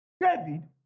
David